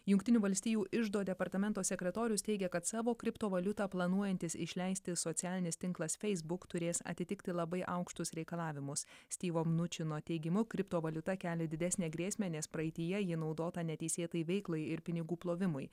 jungtinių valstijų iždo departamento sekretorius teigia kad savo kriptovaliutą planuojantis išleisti socialinis tinklas facebook turės atitikti labai aukštus reikalavimus styvo mnučino teigimu kriptovaliuta kelia didesnę grėsmę nes praeityje ji naudota neteisėtai veiklai ir pinigų plovimui